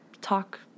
talk